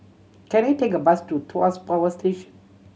can I take a bus to Tuas Power Station